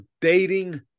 dating